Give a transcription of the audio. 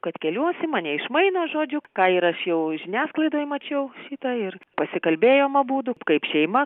kad keliuosi mane išmaino žodžiu ką ir aš jau žiniasklaidoj mačiau šitą ir pasikalbėjom abudu kaip šeima